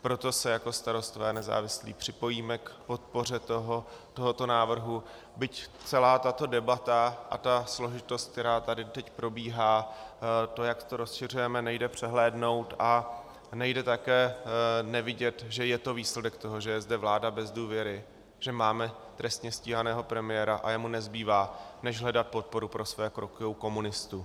Proto se jako Starostové a nezávislí připojíme k podpoře tohoto návrhu, byť celá tato debata a ta složitost, která tady teď probíhá, to, jak to rozšiřujeme, nejde přehlédnout, a nejde také nevidět, že je to výsledek toho, že je zde vláda bez důvěry, že máme trestně stíhaného premiéra, a jemu nezbývá, než hledat podporu pro své kroky u komunistů.